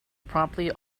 promptly